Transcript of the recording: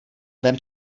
vem